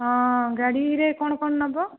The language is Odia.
ହଁ ଗାଡ଼ିରେ କ'ଣ କ'ଣ ନେବ